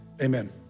amen